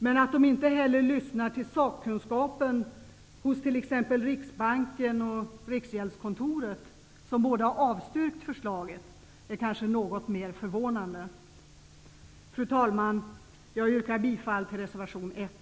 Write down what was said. Men att majoriteten inte ens lyssnar till sakkunskapen hos t.ex. Riksbanken och Riksgäldskontoret, som båda har avstyrkt förslaget, är kanske något mer förvånande. Fru talman! Jag yrkar bifall till reservation 1.